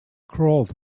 crawled